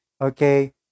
okay